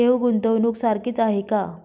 ठेव, गुंतवणूक सारखीच आहे का?